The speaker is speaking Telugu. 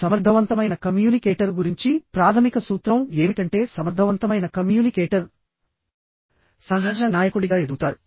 సమర్థవంతమైన కమ్యూనికేటర్ గురించి ప్రాథమిక సూత్రం ఏమిటంటే సమర్థవంతమైన కమ్యూనికేటర్ సహజ నాయకుడిగా ఎదుగుతారు